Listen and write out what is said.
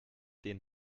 den